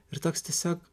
ir toks tiesiog